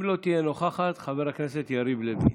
אם לא תהיה נוכחת, חבר הכנסת יריב לוין.